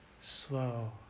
slow